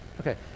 Okay